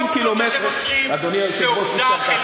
אדוני היושב-ראש,